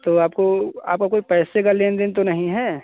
तो आपको आपका कोई पैसे का लेनदेन तो नहीं है